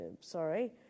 sorry